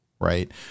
right